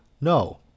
No